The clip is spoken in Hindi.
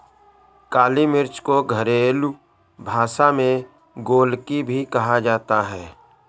काली मिर्च को घरेलु भाषा में गोलकी भी कहा जाता है